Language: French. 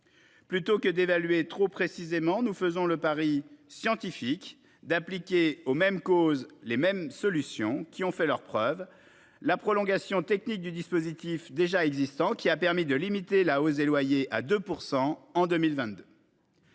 Plutôt que d'évaluer trop précisément, nous faisons le pari scientifique d'appliquer aux mêmes problèmes les mêmes solutions- elles ont fait leurs preuves -, à savoir la prolongation technique du dispositif déjà existant, qui a permis de limiter la hausse des loyers à 2 % en 2022.